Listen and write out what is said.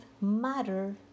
matter